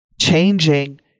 changing